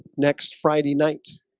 next friday night